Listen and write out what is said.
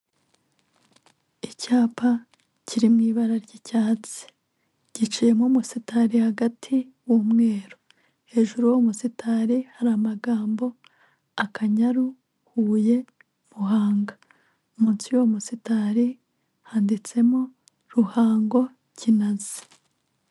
Icyapa kiri mu ibara ry'icyatsi giciyemo umusitari hagati w'umweru, hejuru y'uwo musitari hari amagambo Akanyaru, Huye, Muhanga. Munsi y'uwo musitari handitsemo Ruhango, Kinazi.